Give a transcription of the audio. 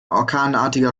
orkanartiger